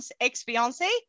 ex-fiance